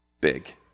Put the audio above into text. big